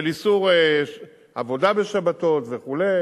של איסור עבודה בשבתות וכו',